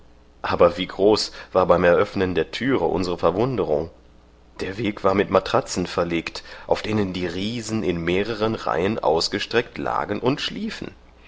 aber wie groß war beim eröffnen der türe unsere verwunderung der weg war mit matratzen verlegt auf denen die riesen in mehreren reihen ausgestreckt lagen und schliefen